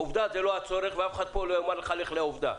עובדה הוא לא הצורך ואף אחד כאן לא יאמר לך ללכת לעובדה.